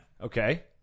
Okay